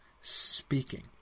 speaking